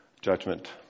judgment